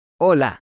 Hola